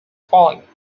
falling